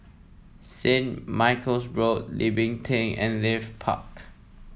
St Michael's Road Tebing and Leith Park